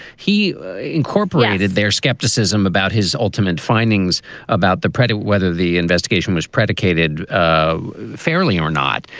he incorporated their skepticism about his ultimate findings about the predator, whether the investigation was predicated ah fairly or not.